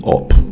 up